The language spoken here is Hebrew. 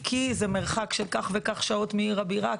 כי זה מרחק של כך וכך שעות מעיר הבירה,